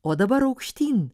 o dabar aukštyn